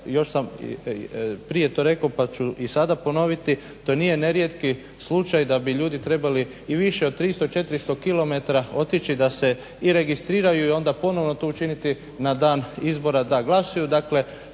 Još sam prije to rekao pa ću i sada ponoviti. To nije nerijetki slučaj da bi ljudi trebali i više od 300, 400 km otići da se i registriraju i onda ponovno to učiniti na dan izbora da glasuju.